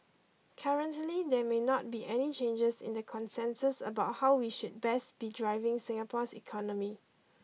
currently there may not be any changes in the consensus about how we should best be driving Singapore's economy